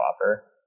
offer